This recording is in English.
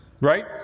right